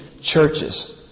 churches